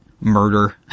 murder